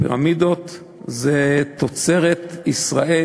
הפירמידות זה כמעט תוצרת ישראל,